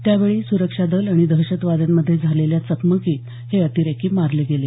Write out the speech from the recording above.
त्यावेळी सुरक्षा दल आणि दहशतवाद्यांमध्ये झालेल्या चकमकीत हे अतिरेकी मारले गेले